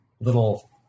little